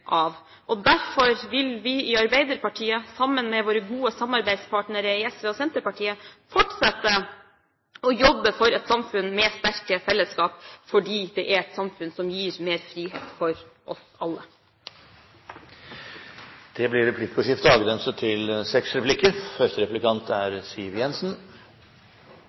del av. Derfor vil vi i Arbeiderpartiet, sammen med våre gode samarbeidspartnere i SV og Senterpartiet, fortsette å jobbe for et samfunn med sterke fellesskap. Det er et samfunn som gir mer frihet til oss alle. Det blir replikkordskifte.